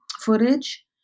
footage